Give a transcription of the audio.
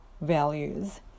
values